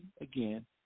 again